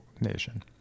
nation